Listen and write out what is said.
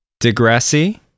DeGrassi